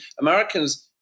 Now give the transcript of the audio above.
Americans